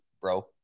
bro